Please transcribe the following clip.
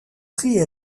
prix